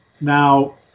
Now